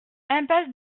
impasse